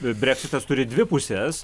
breksitas turi dvi puses